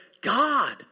God